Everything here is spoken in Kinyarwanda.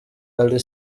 alyn